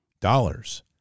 dollars